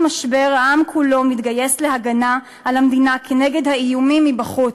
משבר העם כולו מתגייס להגנה על המדינה כנגד האיומים בחוץ,